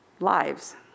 lives